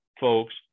folks